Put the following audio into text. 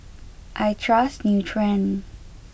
I trust Nutren